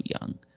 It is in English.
Young